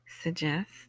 suggest